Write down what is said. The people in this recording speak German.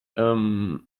ähm